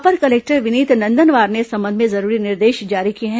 अपर collector Vineet Nandanwar ने इस संबंध में जरूरी निर्देश जारी किए हैं